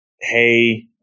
hey